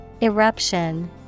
Eruption